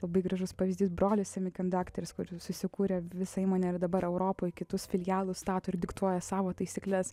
labai gražus pavyzdys brolis semiconductors kur susikūrė visa įmonė ir dabar europoj kitus filialus stato ir diktuoja savo taisykles